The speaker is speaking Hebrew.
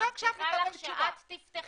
מבטיחה לך שאת תפתחי אותו.